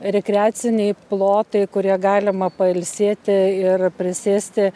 rekreaciniai plotai kurie galima pailsėti ir prisėsti